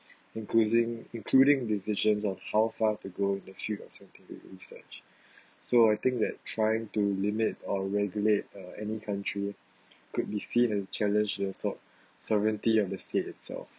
increasing including decisions on how far to go with the field of scientific research so I think that trying to limit or regulate uh any country could be seen as a challenge the sov~ sovereignty of the state itself